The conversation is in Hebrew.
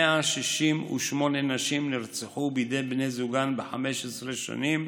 168 נשים נרצחו בידי בני זוגן ב-15 שנים,